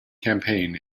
campaign